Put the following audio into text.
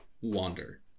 wander